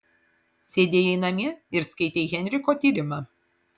sėdėjai namie ir skaitei henriko tyrimą